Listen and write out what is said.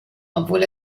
obwohl